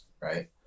right